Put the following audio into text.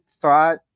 thought